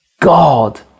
God